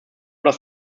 dass